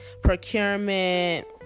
procurement